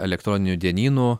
elektroninių dienynų